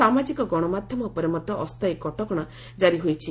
ସାମାଜିକ ଗଣମାଧ୍ୟମ ଉପରେ ମଧ୍ୟ ଅସ୍ଥାୟୀ କଟକଣା ଜାରି ହୋଇଛି